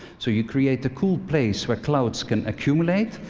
so you create a cool place where clouds can accumulate,